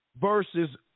versus